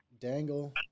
dangle